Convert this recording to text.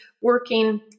working